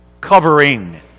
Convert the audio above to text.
covering